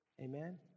Amen